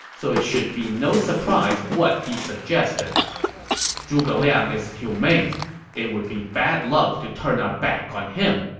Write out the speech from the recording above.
so it should be no surprise what he suggested zhuge liang is humane it would be bad luck to turn our back on him,